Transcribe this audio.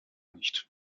nicht